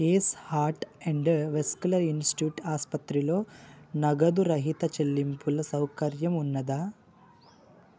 ace heart and vascular institute ఆసుపత్రిలో నగదు రహిత చెల్లింపుల సౌకర్యం ఉన్నదా